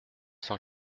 cent